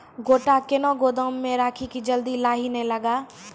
गोटा कैनो गोदाम मे रखी की जल्दी लाही नए लगा?